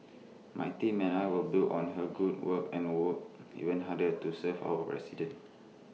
my team and I will build on her good work and work even harder to serve our residents